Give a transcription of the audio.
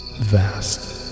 vast